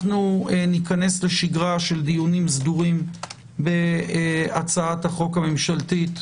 ניכנס לשגרה של דיונים סדורים בהצעת החוק הממשלתית.